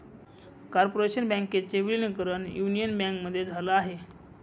corporation बँकेचे विलीनीकरण union बँकेमध्ये झाल आहे